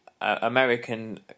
American